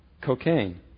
cocaine